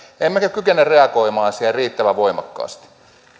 emmekä kykene reagoimaan siihen riittävän voimakkaasti